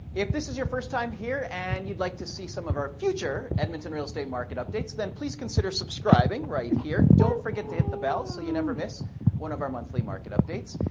if this is your first time here and you'd like to see some of our future edmonton real estate market updates, then please consider subscribing right here. don't forget to hit the bell so you never miss one of our monthly market updates.